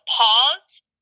pause